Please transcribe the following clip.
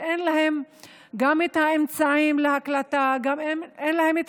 שאין להם את האמצעים להקלטה ואין להם את